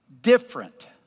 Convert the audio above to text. different